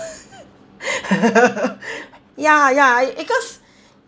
ya ya because